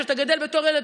כשאתה גדל בתור ילד,